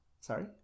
Sorry